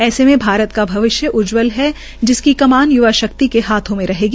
ऐसे में भारत का भविष्य उज्जवल है जिसकी कमान य्वा शक्ति के हाथों में रहेगी